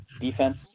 defense